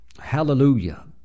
Hallelujah